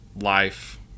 Life